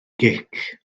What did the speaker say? gic